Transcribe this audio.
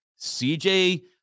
cj